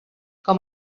com